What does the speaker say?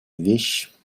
вещь